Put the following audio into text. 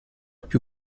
più